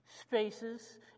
Spaces